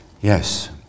Yes